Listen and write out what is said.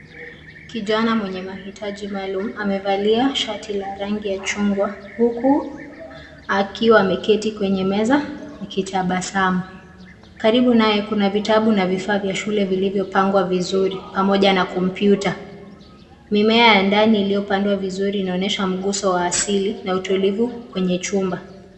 kijana mwenye mahitaji maalum amevalia shati la rangi ya chungwa, huku akiwa ameketi kwenye meza akitaasamu. Karibu naye kuna vitabu na vifaa vya shule vilivyopangwa vizuri pamoja na kompyuta. Mimea ya ndani iliyopandwa vizuri inaonyesha mguso wa asili na utulivu kwenye chumba.